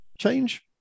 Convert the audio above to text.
Change